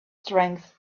strength